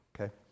okay